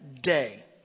day